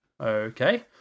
okay